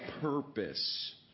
purpose